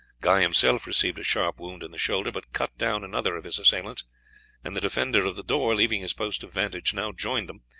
guy himself received a sharp wound in the shoulder, but cut down another of his assailants and the defender of the door, leaving his post of vantage, now joined them,